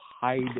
hide